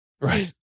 Right